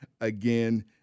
again